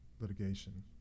litigation